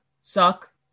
suck